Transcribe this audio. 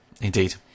indeed